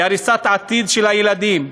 היא הריסת העתיד של הילדים.